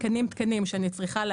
שאני צריכה לאייש.